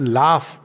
laugh